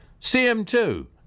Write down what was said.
CM2